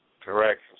Correct